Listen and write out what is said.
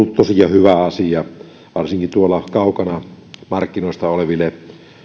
hyvä asia varsinkin kaukana markkinoista oleville